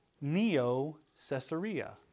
Neo-Caesarea